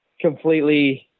completely